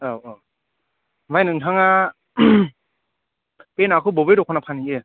औ औ ओमफ्राय नोंथाङा बे नाखौ बबे दखानाव फानहैयो